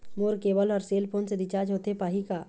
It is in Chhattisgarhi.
मोर केबल हर सेल फोन से रिचार्ज होथे पाही का?